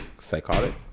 psychotic